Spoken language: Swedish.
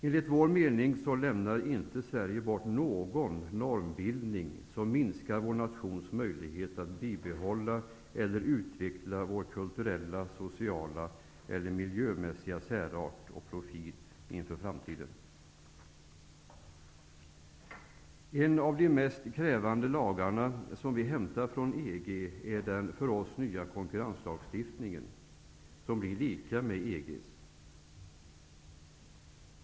Enligt vår mening lämnar inte Sverige bort någon normbildning som minskar vår nations möjligheter att bibehålla eller utveckla vår kulturella, sociala eller miljömässiga särart och profil inför framtiden. En av de mest krävande lagarna som vi hämtar från EG är den för oss nya konkurrenslagstiftningen, som blir lika med EG:s.